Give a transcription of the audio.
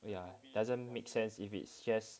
ya doesn't make sense if it's just